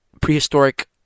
prehistoric